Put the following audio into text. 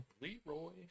Leroy